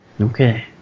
Okay